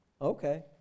Okay